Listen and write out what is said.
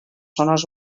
zones